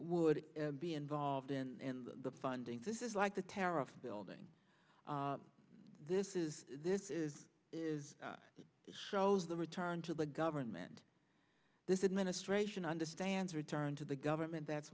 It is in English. would be involved in the funding this is like the tariff building this is this is is it shows the return to the government this administration understands return to the government that's